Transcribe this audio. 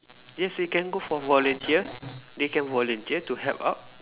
yes we can go for volunteer they can volunteer to help out